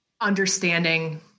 understanding